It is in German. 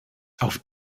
auf